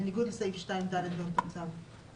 בניגוד לסעיף 2(ד) באותו צו.